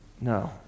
no